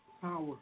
power